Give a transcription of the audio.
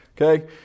Okay